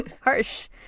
harsh